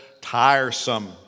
tiresome